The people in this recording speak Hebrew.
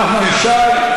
רק חורבן אתה תביא עלינו.